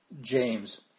James